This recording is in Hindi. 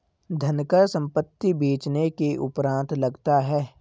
धनकर संपत्ति बेचने के उपरांत लगता है